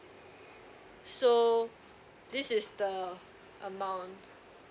so this is the amount